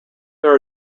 there